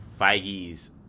Feige's